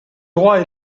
droits